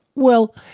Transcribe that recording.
well,